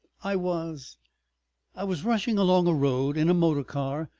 i was i was rushing along a road in a motor-car,